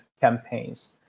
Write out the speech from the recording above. campaigns